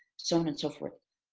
so on and so forth.